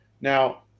Now